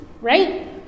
right